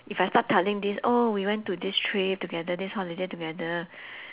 if I start telling this oh we went to this trip together this holiday together